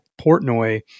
Portnoy